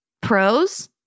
pros